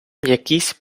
якісь